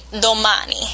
domani